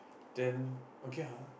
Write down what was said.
then okay ah